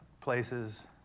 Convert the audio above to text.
places